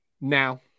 Now